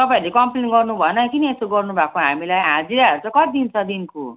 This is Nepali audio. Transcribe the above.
तपाईँहरूले कमप्लेन गर्नु भएन किन यस्तो गर्नु भएको हामीलाई हाजिराहरू चाहिँ कति दिन्छ दिनको